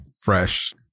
fresh